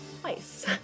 twice